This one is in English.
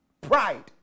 Pride